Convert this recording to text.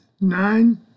Nine